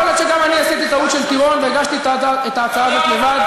יכול להיות שגם אני עשיתי טעות של טירון והגשתי את ההצעה הזאת לבד.